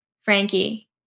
Frankie